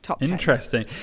Interesting